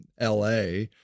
LA